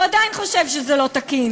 הוא עדיין חושב שזה לא תקין.